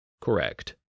Correct